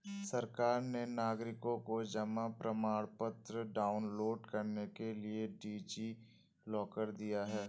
सरकार ने नागरिकों को जमा प्रमाण पत्र डाउनलोड करने के लिए डी.जी लॉकर दिया है